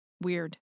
Weird